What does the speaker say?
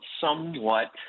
somewhat